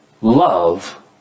Love